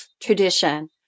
tradition